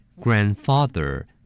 grandfather